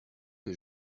que